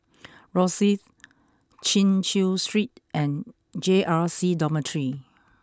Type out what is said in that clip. Rosyth Chin Chew Street and J R C Dormitory